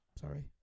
sorry